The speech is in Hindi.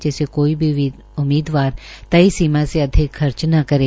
जिससे कि कोई भी उम्मीदवार तय सीमा से अधिक खर्च न करे